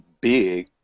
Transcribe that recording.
big